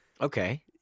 Okay